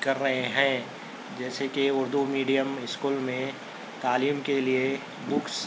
کر رہے ہیں جیسے کہ اردو میڈیم اسکول میں تعلیم کے لئے بکس